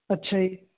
ਅੱਛਾ ਜੀ